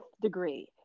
degree